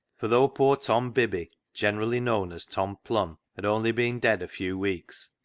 for though poor tom bibby, generally known as tom plum, had only been dead a few weeks,